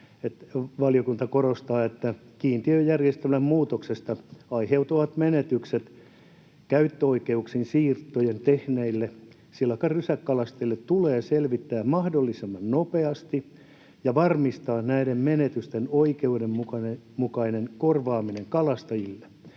”Valiokunta korostaa, että kiintiöjärjestelmän muutoksesta aiheutuvat menetykset käyttöoikeuksien siirtoja tehneille silakan rysäkalastajille tulee selvittää mahdollisimman nopeasti ja varmistaa näiden menetysten oikeudenmukainen korvaaminen kalastajille.